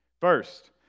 First